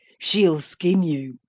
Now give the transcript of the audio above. she'll skin you!